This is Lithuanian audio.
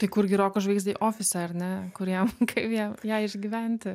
tai kur gi roko žvaigždė ofise ar ne kur jam kaip jam ją išgyventi